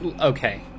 Okay